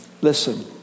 Listen